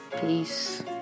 Peace